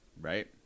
Right